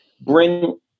bring